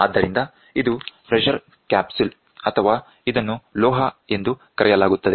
ಆದ್ದರಿಂದ ಇದು pressure capsule ಅಥವಾ ಇದನ್ನು ಲೋಹ ಎಂದು ಕರೆಯಲಾಗುತ್ತದೆ